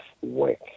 work